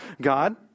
God